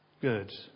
good